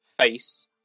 face